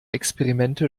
experimente